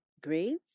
grades